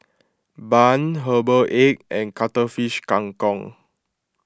Bun Herbal Egg and Cuttlefish Kang Kong